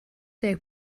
der